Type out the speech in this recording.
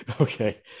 Okay